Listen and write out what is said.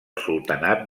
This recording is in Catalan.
sultanat